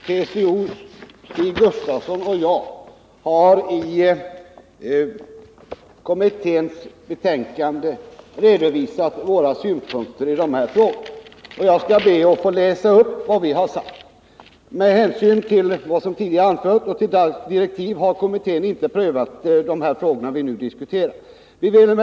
Herr talman! TCO:s Stig Gustafsson och jag har i kommitténs betänkande redovisat våra synpunkter i de här frågorna. Jag skall be att få läsa upp vad vi sagt: ”Med hänsyn härtill” — alltså till vad som tidigare anförts — ”och till DALKS direktiv har kommittén inte prövat de nyss nämnda frågorna.” Det gäller alltså de frågor vi nu diskuterar.